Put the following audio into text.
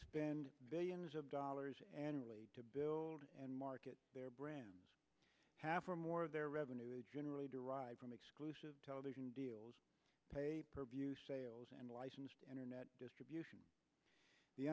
spend billions of dollars annually to build and market their brand half or more of their revenues generally derived from exclusive television deals pay per view sales and licensed internet distribution the